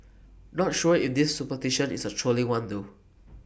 not sure if this superstition is A trolling one though